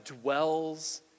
dwells